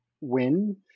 win